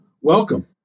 Welcome